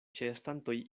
ĉeestantoj